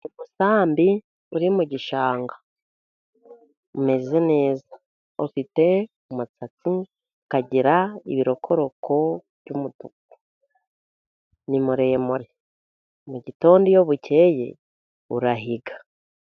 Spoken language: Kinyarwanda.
Umusambi uri mu gishanga. Umeze neza, ufite umusatsi, ukagira ibirokoroko, ni muremure. Mu gitondo iyo bukeye urahiga.